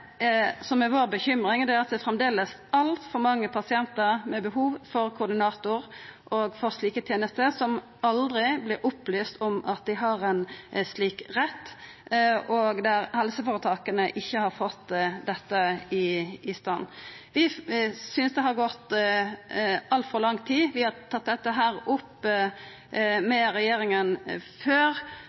som er vår bekymring, er at det framleis er for mange pasientar med behov for koordinator og for slike tenester som aldri vert opplyste om at dei har ein slik rett, og der helseføretaka ikkje har fått dette i stand. Vi synest det har gått altfor lang tid. Vi har tatt dette opp med regjeringa før